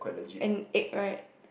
and egg right